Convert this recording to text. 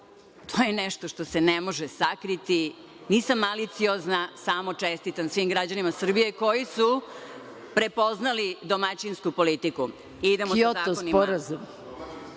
pa i nešto što se ne može sakriti, nisam maliciozna, samo čestitam svim građanima Srbije koji su prepoznali domaćinsku politiku.(Vojislav